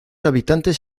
habitantes